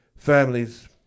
Families